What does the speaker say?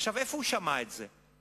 איפה הוא שמע את זה?